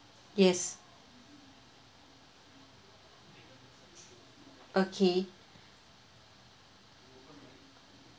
yes okay